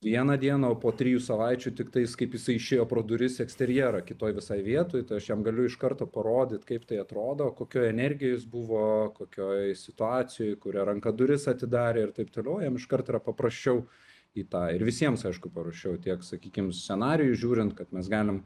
vieną dieną o po trijų savaičių tiktais kaip jisai išėjo pro duris eksterjerą kitoj visai vietoj tai aš jam galiu iš karto parodyt kaip tai atrodo kokioj energijoj jis buvo kokioj situacijoj kuria ranka duris atidarė ir taip toliau jam iškart yra paprasčiau į tą ir visiems aišku paprasčiau tiek sakykim į scenarijį žiūrint kad mes galim